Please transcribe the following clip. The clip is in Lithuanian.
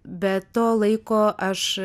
be to laiko aš